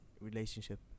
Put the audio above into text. relationship